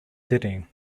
setting